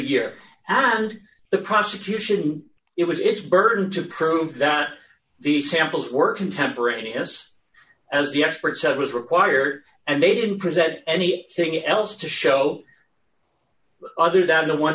year and the prosecution it was its burden to prove that these samples were contemporaneous as the expert said was required and they didn't present any thing else to show other than the one